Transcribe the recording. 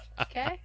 okay